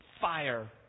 fire